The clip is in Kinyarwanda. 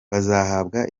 bazahabwa